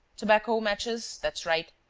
tobacco, matches. that's right.